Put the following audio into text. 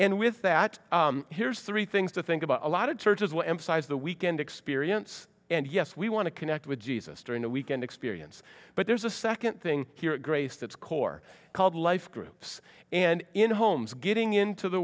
and with that here's three things to think about a lot of churches will emphasize the weekend experience and yes we want to connect with jesus during the weekend experience but there's a second thing here a grace that's core called life groups and in homes getting into the